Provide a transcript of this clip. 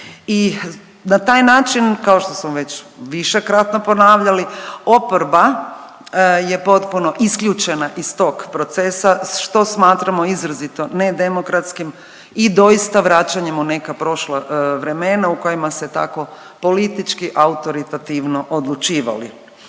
i na taj način, kao što smo već višekratno ponavljali, oporba je potpuno isključena iz tog procesa što smatramo izrazito nedemokratskim i doista vraćanjem u neka prošla vremena u kojima se tako politički autoritativno odlučivali.